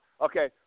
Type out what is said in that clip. Okay